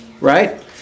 right